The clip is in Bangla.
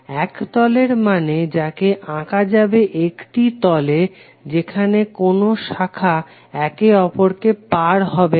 এক তলের মানে যাকে আঁকা যাবে একটি তলে যেখানে কোনো শাখা একে অপরকে পার হবে না